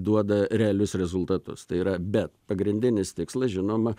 duoda realius rezultatus tai yra bet pagrindinis tikslas žinoma